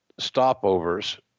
stopovers